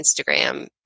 Instagram